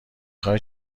خوای